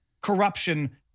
corruption